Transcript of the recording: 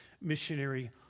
missionary